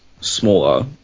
smaller